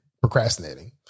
procrastinating